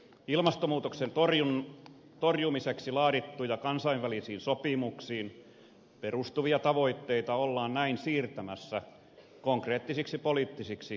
ilmastonmuutoksen torjumiseksi laadittuja kansainvälisiin sopimuksiin perustuvia tavoitteita ollaan näin siirtämässä konkreettisiksi poliittisiksi päätöksiksi